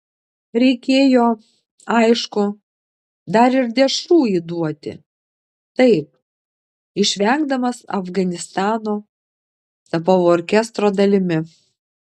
reikėjo aišku dar ir dešrų įduoti taip išvengdamas afganistano tapau orkestro dalimi